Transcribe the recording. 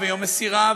ויום מסירה,